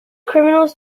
criminals